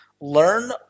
Learn